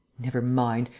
never mind!